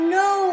no